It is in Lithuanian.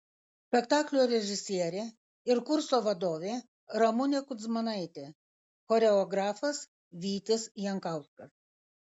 spektaklio režisierė ir kurso vadovė ramunė kudzmanaitė choreografas vytis jankauskas